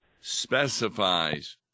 specifies